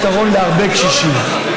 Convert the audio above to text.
פתרון להרבה קשישים.